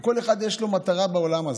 וכל אחד יש לו מטרה בעולם הזה.